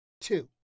Two